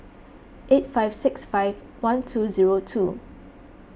eight five six five one two zero two